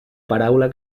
paraula